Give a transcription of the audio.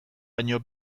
baino